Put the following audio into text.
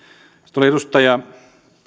sitten edustaja